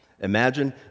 Imagine